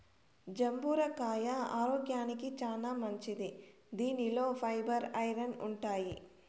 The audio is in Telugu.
జంబూర కాయ ఆరోగ్యానికి చానా మంచిది దీనిలో ఫైబర్, ఐరన్ ఉంటాయి